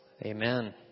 Amen